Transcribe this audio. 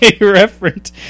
reference